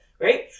right